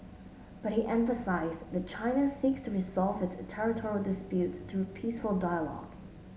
but he emphasised that China seeks to resolve its territorial disputes through peaceful dialogue